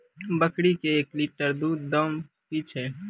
बकरी के एक लिटर दूध दाम कि छ?